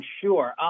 sure